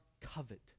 covet